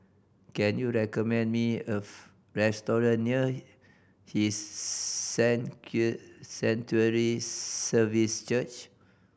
can you recommend me of restaurant near His Sanctuary Service Church